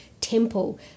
temple